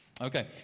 Okay